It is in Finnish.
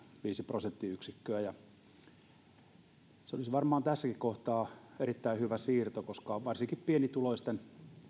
viisi prosenttiyksikköä se olisi varmaan tässäkin kohtaa erittäin hyvä siirto koska varsinkin pienituloisten